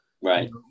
Right